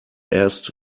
erst